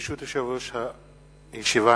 ברשות יושב-ראש הישיבה,